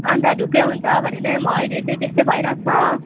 अन्त ढुक्कै हुन्छ भनेर अब अहिले चाहिँ त्यस्तै भइरहेको